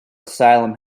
asylum